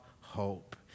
hope